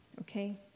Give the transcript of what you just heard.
okay